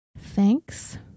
Thanks